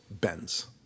bends